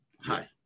Hi